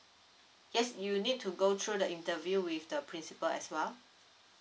yes you need to go through the interview with the principal as well